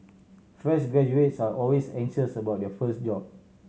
fresh graduates are always anxious about their first job